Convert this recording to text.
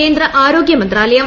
കേന്ദ്ര ആരോഗൃ മന്ത്രാലയം